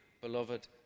beloved